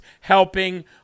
helping